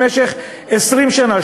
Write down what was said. במשך 20 שנה,